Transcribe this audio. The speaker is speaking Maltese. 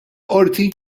qorti